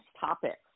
topics